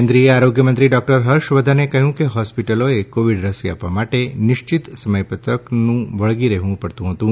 કેન્દ્રીય આરોગ્ય મંત્રી ડોક્ટર ફર્ષ વર્ધને કહ્યું કે હોસ્પિટલોએ કોવિડ રસી આપવા માટે નિશ્ચિત સમયપત્રકનું વળગી રહેવું પડતું હતું